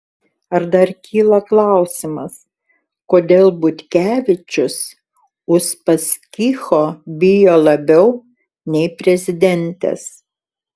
ar dar kyla klausimas kodėl butkevičius uspaskicho bijo labiau nei prezidentės